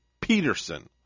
Peterson